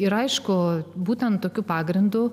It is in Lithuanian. ir aišku būtent tokiu pagrindu